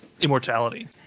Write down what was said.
immortality